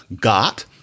got